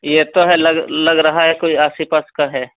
ये ये तो है लग लग रहा है कोई आस ही पास का है